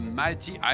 mighty